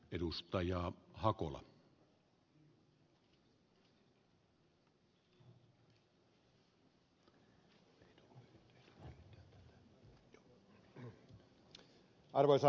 arvoisa herra puhemies